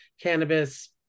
cannabis